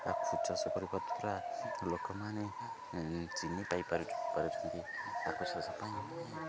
ଆଖୁ ଚାଷ କରିବା ଦ୍ୱାରା ଲୋକମାନେ ଚିନି ପାଇପାରୁ ପାରୁଛନ୍ତି ଆଖୁ ଚାଷ ପାଇଁ